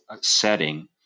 setting